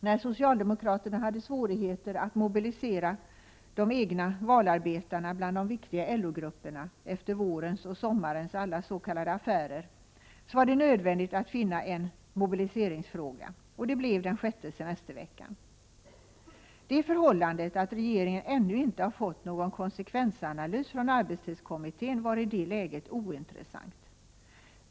När socialdemokraterna hade svårigheter att mobilisera de egna valarbetarna bland de viktiga LO-grupperna efter vårens och sommarens s.k. affärer, var det nödvändigt att finna en mobiliseringsfråga, och det blev den sjätte semesterveckan. Det förhållandet att regeringen ännu inte fått någon konsekvensanalys från arbetstidskommittén var i det läget ointressant.